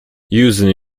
using